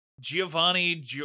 Giovanni